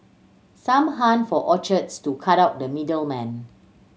some hunt for orchards to cut out the middle man